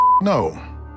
No